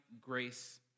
grace